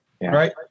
right